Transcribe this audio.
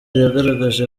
yagaragaje